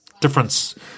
difference